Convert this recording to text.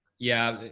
yeah,